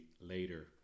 later